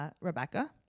Rebecca